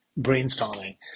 brainstorming